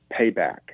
payback